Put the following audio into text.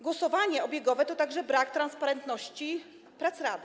Głosowanie obiegowe to także brak transparentności prac rady.